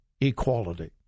equality